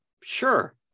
Sure